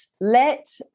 let